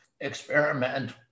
experiment